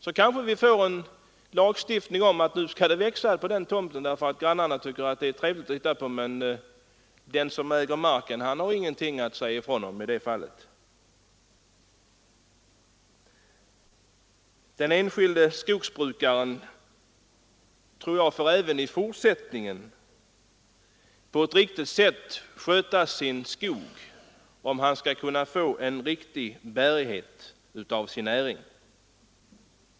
Då kanske vi får en lagstiftning om att nu skall det växa solrosor på den tomten därför att grannarna tycker att det är trevligt att titta på dem — men den som äger marken har ingenting att säga till om i det fallet. Den enskilde skogsbrukaren får, tror jag, även i framtiden sköta sin skog på ett riktigt sätt om han skall kunna nå en riktig bärighet i sin näring.